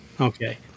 Okay